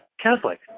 Catholic